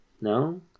No